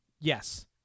Yes